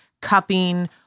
cupping